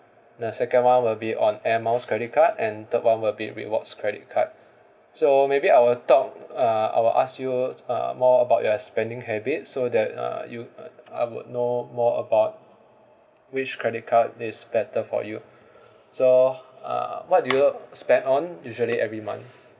the second one will be on Air Miles credit card and third one will be rewards credit card so maybe I will talk uh I will ask you uh more about your spending habits so that uh you uh I would know more about which credit card is better for you so uh what do you spend on usually every month